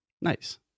Nice